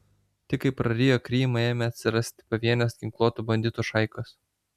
tik kai prarijo krymą ėmė atsirasti pavienės ginkluotų banditų šaikos